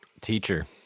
Teacher